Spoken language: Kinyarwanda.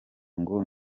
ngo